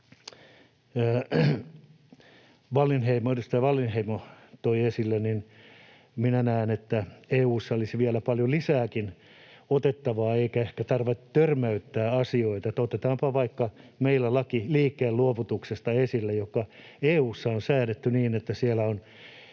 edustaja Wallinheimo toi esille, niin minä näen, että EU:sta olisi vielä paljon lisääkin otettavaa eikä ehkä tarve törmäyttää asioita. Otetaanpa esille vaikka laki liikkeenluovutuksesta, joka EU:ssa on säädetty niin, että siellä on